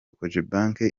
cogebanque